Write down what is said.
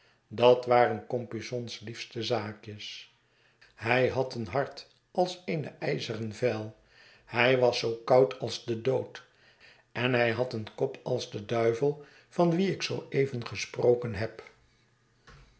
dat waren compeyson's liefste zaakjes hij had een hart als eene ijzeren vijl hij was zoo koud als de dood en hij had een kop als de duivel van wien ik zoo even gesproken heb